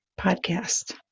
podcast